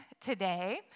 today